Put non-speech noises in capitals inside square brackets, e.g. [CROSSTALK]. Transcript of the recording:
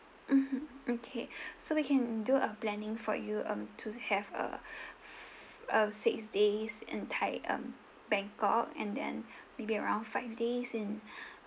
mmhmm okay [BREATH] so we can do a planning for you um to have a [BREATH] uh six days in thai~ um bangkok and then maybe around five days in [BREATH]